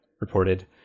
reported